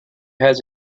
has